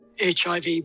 HIV